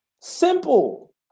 Simple